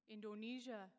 Indonesia